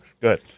Good